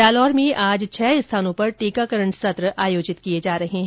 जालौर में आज छह स्थानों पर टीकाकरण सत्र आयोजित किए जा रहे हैं